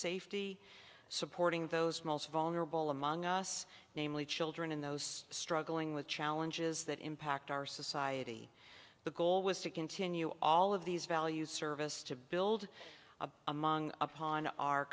safety supporting those most vulnerable among us namely children in those struggling with challenges that impact our society the goal was to continue all of these values service to build a among upon our